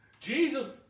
Jesus